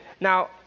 Now